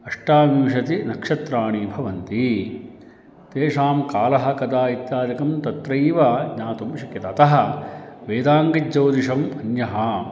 अष्टाविंशति नक्षत्राणि भवन्ति तेषां कालः कदा इत्यादिकं तत्रैव ज्ञातुं शक्यते अतः वेदाङ्गज्यौतिषम् अन्यः